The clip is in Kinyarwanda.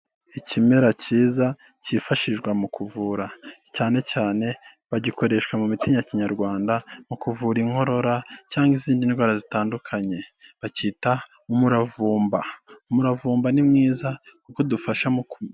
Ikimera cyiza cyifashishwa mu kuvura, cyane cyane bagikoresha mu miti ya Kinyarwanda, mu kuvura inkorora cyangwa izindi ndwara zitandukanye, bacyita umuravumba, umuravumba ni mwiza kuko udufasha mu ku...